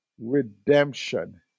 redemption